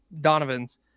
Donovans